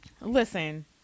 Listen